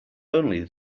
only